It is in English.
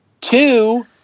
Two